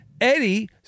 Eddie